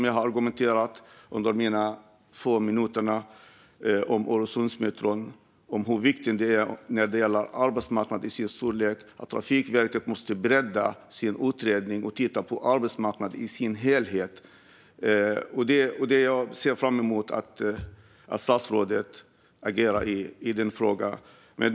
Jag argumenterade under mina få minuter för hur viktig Öresundsmetron är när det gäller arbetsmarknaden och för att Trafikverket måste bredda sin utredning och titta på arbetsmarknaden i dess helhet. Jag ser fram emot att statsrådet agerar i den frågan.